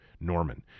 Norman